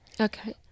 Okay